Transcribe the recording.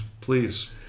Please